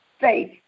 faith